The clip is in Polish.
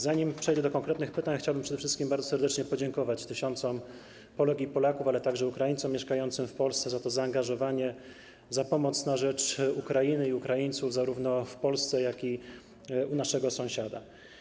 Zanim przejdę do konkretnych pytań, chciałbym przede wszystkim bardzo serdecznie podziękować tysiącom Polek i Polaków, ale także Ukraińcom mieszkającym w Polsce za zaangażowanie, za pomoc na rzecz Ukrainy i Ukraińców zarówno w Polsce, jak i u naszego sąsiada.